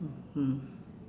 mm